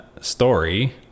story